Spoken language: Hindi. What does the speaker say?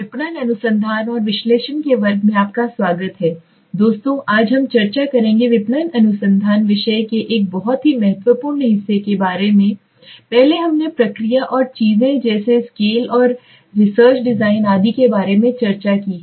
विपणन अनुसंधान और विश्लेषण के वर्ग में आपका स्वागत है दोस्तों आज हम चर्चा करेंगे विपणन अनुसंधान विषय के एक बहुत ही महत्वपूर्ण हिस्से के बारे में पहले हमने प्रक्रिया और चीजें जैसे स्केल और रिसर्च डिज़ाइन आदि के बारे में चर्चा की है